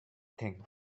thing